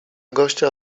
gościa